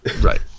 right